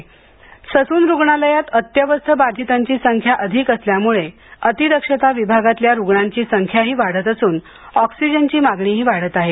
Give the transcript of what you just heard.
Sassoon Sassoon रुग्णालयात अत्यवस्थ बाधितांची संख्या अधिक असल्यामुळे अतिदक्षता विभागातल्या रुग्णांची संख्याही वाढत असून ऑक्सिलजनची मागणीही वाढत आहे